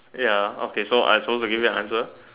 ya okay so I supposed to give you an answer